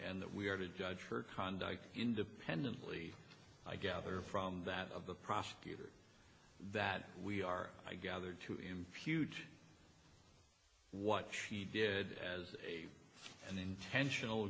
and that we are to judge her conduct independently i gather from that of the prosecutor that we are i gather to huge what she did as an intentional